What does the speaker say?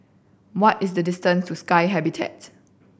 what is the distance to Sky Habitat